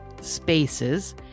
Spaces